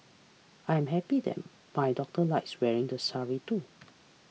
I am happy that my daughter likes wearing the sari too